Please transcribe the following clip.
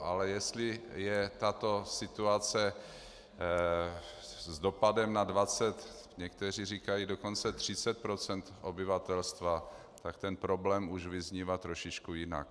Ale jestli je tato situace s dopadem na 20, někteří říkají dokonce 30 procent obyvatelstva, tak ten problém už vyznívá trošičku jinak.